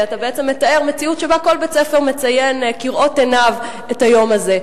אתה בעצם מתאר מציאות שבה כל בית-ספר מציין כראות עיניו את היום הזה.